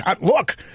look